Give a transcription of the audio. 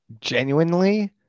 Genuinely